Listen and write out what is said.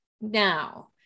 Now